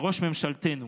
לראש ממשלתנו